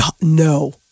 no